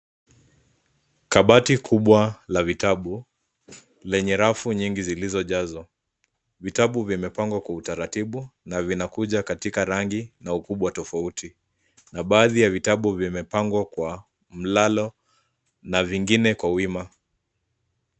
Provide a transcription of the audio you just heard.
Kabati kubwa la vitabu, lenye rafu nyingi zilizojazwa. Vitabu vimepangwa kwa utaratibu, na vinakuja katika rangi na ukubwa tofauti, na baadhi ya vitabu vimepangwa kwa mlalo, na vingine kwa wima.